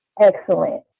excellent